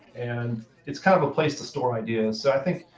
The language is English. and it's kind of a place to store ideas. so i think,